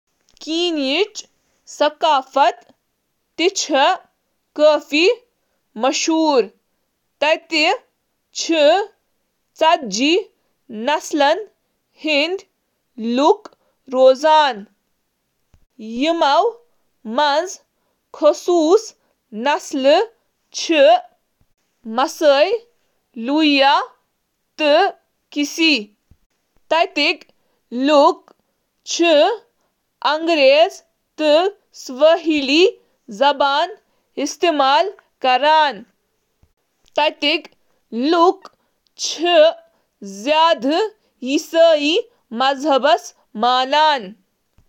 Kenya چُھ اکھ بھرپور ثقافتی ورثہٕ وول ملک، تہٕ امچ ثقافت چِھ مختلف عوامل سۭتۍ متٲثر، بشمول روایتی افریقی عقائد ، حرامبی ہنٛد جذبہٕ، تہٕ ملکک متنوع مذہبہٕ تہٕ باقی۔